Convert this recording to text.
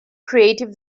creative